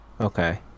Okay